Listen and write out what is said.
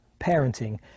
parenting